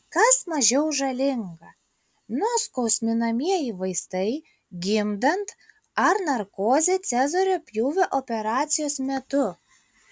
kas mažiau žalinga nuskausminamieji vaistai gimdant ar narkozė cezario pjūvio operacijos metu